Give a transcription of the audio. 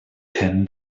ten